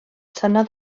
tynnodd